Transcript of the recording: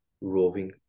roving